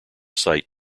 site